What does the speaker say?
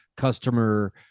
customer